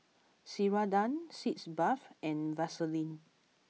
Ceradan Sitz Bath and Vaselin